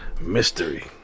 mystery